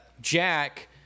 Jack